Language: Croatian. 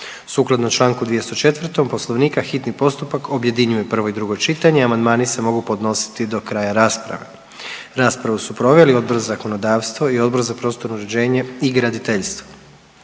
Sukladno Članku 204. Poslovnika hitni postupak objedinjuje prvo i drugo čitanje. Amandmani se mogu podnositi do kraja rasprave. Raspravu su proveli Odbor za zakonodavstvo i Odbor za prostorno uređenje i graditeljstvo.